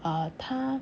err 他